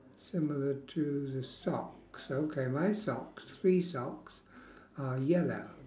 similar to the socks okay my socks three socks are yellow